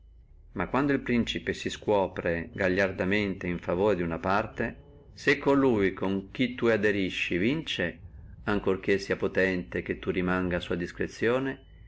ma quando el principe si scuopre gagliardamente in favore duna parte se colui con chi tu ti aderisci vince ancora che sia potente e che tu rimanga a sua discrezione